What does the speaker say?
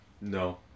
No